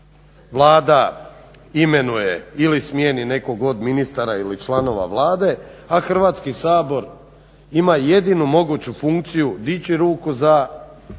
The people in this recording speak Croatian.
Vlada imenuje ili smijeni nekog od ministara ili članova Vlade, a Hrvatski sabor ima jedinu moguću funkciju dići ruku za